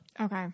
Okay